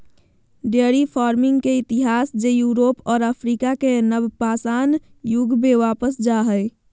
dairy farming के इतिहास जे यूरोप और अफ्रीका के नवपाषाण युग में वापस जा हइ